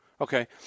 Okay